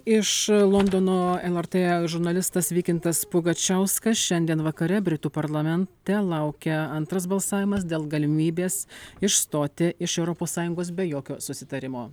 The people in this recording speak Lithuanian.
iš londono lrt žurnalistas vykintas pugačiauskas šiandien vakare britų parlamente laukia antras balsavimas dėl galimybės išstoti iš europos sąjungos be jokio susitarimo